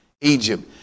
Egypt